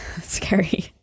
Scary